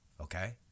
Okay